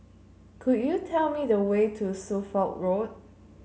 could you tell me the way to Suffolk Road